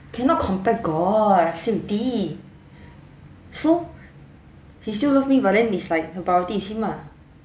cannot compare god I say already so he still love me but then it's like the priority is him ah